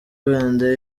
wenda